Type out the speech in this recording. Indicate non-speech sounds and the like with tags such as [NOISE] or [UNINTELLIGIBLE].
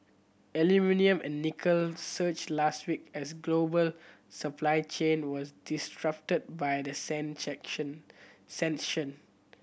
aluminium and nickel surged last week as global supply chain were disrupted by the [UNINTELLIGIBLE] sanction